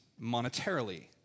monetarily